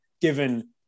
given